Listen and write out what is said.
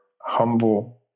humble